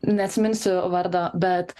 neatsiminsiu vardo bet